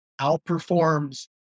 outperforms